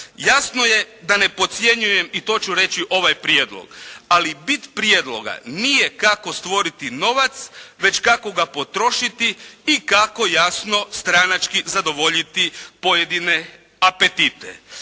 Jasno je da ne podcjenjujem i to ću reći ovaj prijedlog, ali bit prijedloga nije kako stvoriti novac već kako ga potrošiti i kako jasno stranački zadovoljiti pojedine apetite.